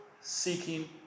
seeking